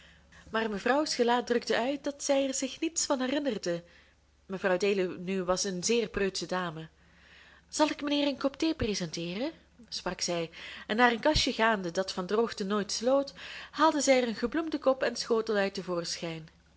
maar mevrouws gelaat drukte uit dat zij er zich niets van herinnerde mevrouw deluw nu was eene zeer preutsche dame zal ik mijnheer een kop thee presenteeren sprak zij en naar een kastje gaande dat van droogte nooit sloot haalde zij er een gebloemden kop en schotel uit